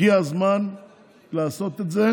הגיע הזמן לעשות את זה,